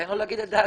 תן לו להגיד את דעתו.